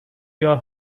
your